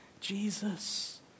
Jesus